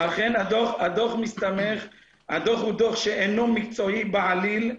הדוח הוא דוח שאינו מקצועי בעליל,